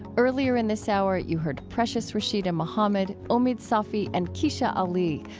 earlier in this hour, you heard precious rasheeda muhammad, omid safi and kecia ali,